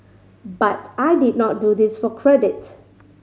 but I did not do this for credit